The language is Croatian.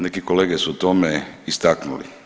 Neki kolege su o tome istaknuli.